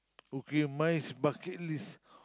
okay my is bucket list